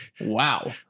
wow